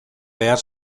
behar